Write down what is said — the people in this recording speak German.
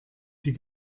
sie